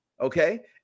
okay